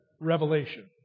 revelation